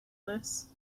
this